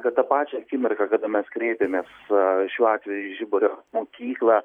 kad tą pačią akimirką kada mes kreipėmės su šiuo atveju į žiburio mokyklą